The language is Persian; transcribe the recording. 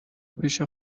پیش